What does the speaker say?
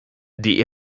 die